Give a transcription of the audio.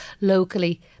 locally